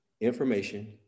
information